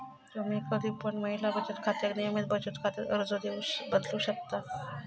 तुम्ही कधी पण महिला बचत खात्याक नियमित बचत खात्यात अर्ज देऊन बदलू शकतास